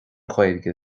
ghaeilge